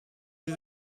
sie